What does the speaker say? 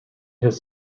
his